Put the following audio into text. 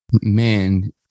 Man